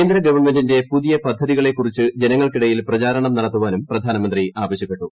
കേന്ദ്ര ഗവൺമെന്റിന്റെ പുതിയ പദ്ധതികളെക്കുറിച്ച് ജനങ്ങൾക്കിടയിൽ പ്രചാരണം നടത്താനും പ്രധാനമന്ത്രി ആവശ്യപ്പെട്ടു